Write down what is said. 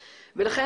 לכן,